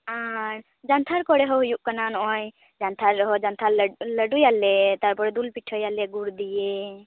ᱟᱨ ᱡᱟᱱᱛᱷᱟᱨ ᱠᱚᱨᱮ ᱦᱚᱸ ᱦᱩᱭᱩᱜ ᱠᱟᱱᱟ ᱱᱚᱜᱼᱚᱭ ᱡᱟᱱᱛᱷᱟᱨ ᱨᱮᱦᱚᱸ ᱡᱟᱱᱛᱷᱟᱨ ᱞᱟᱹᱰᱩᱭᱟᱞᱮ ᱛᱟᱨᱯᱚᱨᱮ ᱫᱩᱞ ᱯᱤᱴᱷᱟᱹ ᱟᱞᱮ ᱜᱩᱲ ᱫᱤᱭᱮ